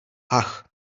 ach